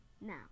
now